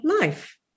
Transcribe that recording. life